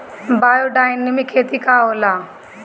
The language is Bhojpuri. बायोडायनमिक खेती का होला?